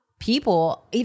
people